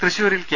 തൃശൂരിൽ കെ